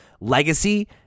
legacy